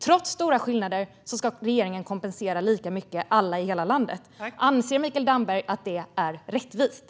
Trots stora skillnader ska regeringen kompensera alla i hela landet lika mycket. Anser Mikael Damberg att det är rättvist?